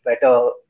better